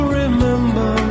remember